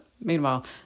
meanwhile